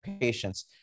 patients